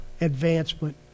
advancement